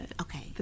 Okay